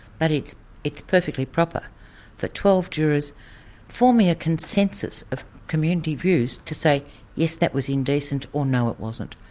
but it's it's perfectly proper that twelve jurors forming a consensus of community views, to say yes, that was indecent', or no, it wasn't'.